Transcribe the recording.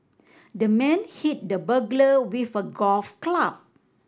the man hit the burglar with a golf club